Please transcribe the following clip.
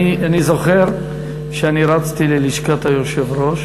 אני זוכר שאני רצתי ללשכת היושב-ראש